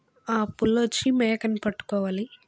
ఆ పులి వచ్చి మేకను పట్టుకోవాలి